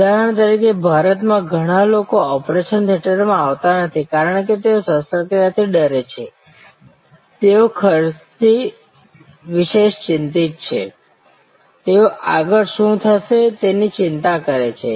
ઉદાહરણ તરીકે ભારતમાં ઘણા લોકો ઓપરેશન થિયેટરમાં આવતા નથી કારણ કે તેઓ શસ્ત્રક્રિયા થી ડરે છે તેઓ ખર્ચ વિશે ચિંતિત છે તેઓ આગળ શું થશે તેની ચિંતા કરે છે